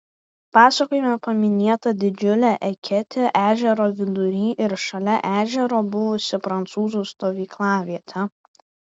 pasakojime paminėta didžiulė eketė ežero vidury ir šalia ežero buvusi prancūzų stovyklavietė